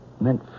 meant